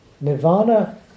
Nirvana